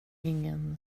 ingen